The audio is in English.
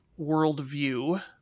worldview